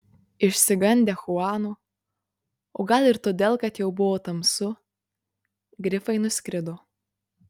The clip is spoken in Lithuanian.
išsigandę chuano o gal ir todėl kad jau buvo tamsu grifai nuskrido